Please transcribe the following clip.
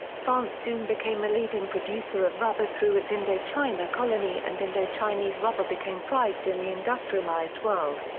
france soon became a leading producer of rubber through its indochina colony and indochinese rubber became prized in the industrialized world.